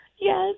Yes